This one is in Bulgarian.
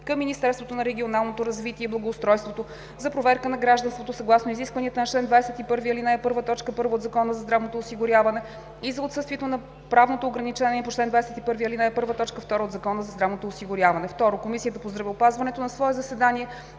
към Министерството на регионалното развитие и благоустройството за проверка на гражданството съгласно изискването на чл. 21, ал. 1, т. 1 от Закона за здравното осигуряване и за отсъствието на правното ограничение по чл. 21, ал. 1, т. 2 от Закона за здравното осигуряване.